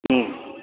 ہوں